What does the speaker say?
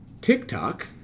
TikTok